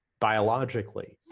biologically.